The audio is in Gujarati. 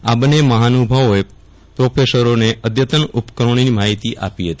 આ બંને મહાનુભાવોએ પ્રોફેસરોને અઘતન ઉપકરણોની માહિતી આપી હતી